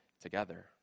together